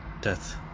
death